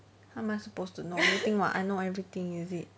how am I supposed to know you think what I know everything is it